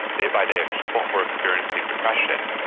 day by day of people who are experiencing depression.